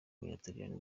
w’umutaliyani